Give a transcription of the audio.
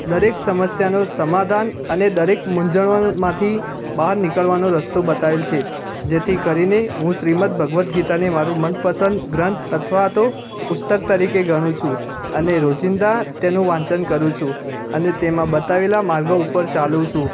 દરેક સમસ્યાનું સમાધાન અને દરેક મૂંઝવણમાંથી બહાર નીકળવાનો રસ્તો બતાવેલ છે જેથી કરીને હું શ્રીમદ્ ભગવદ્ ગીતાને મારું મનપસંદ ગ્રંથ અથવા તો પુસ્તક તરીકે ગણું છું અને રોજિંદા તેનું વાંચન કરું છું અને તેમાં બતાવેલા માર્ગો ઉપર ચાલું છું